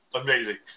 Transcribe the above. Amazing